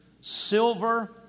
silver